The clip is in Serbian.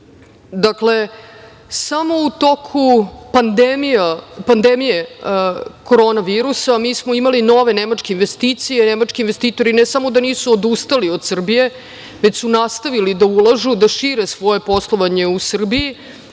Srbiji. Dakle, samo u toku pandemije korona virusa, mi smo imali nove nemačke investicije. Nemački investitori ne samo da nisu odustali od Srbije, već su nastavili da ulažu, da šire svoje poslovanje u Srbiji,